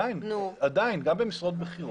עדיין, גם במשרות בכירות,